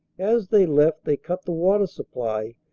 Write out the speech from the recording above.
as they left they cut the water supply,